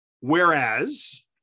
Whereas